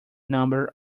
number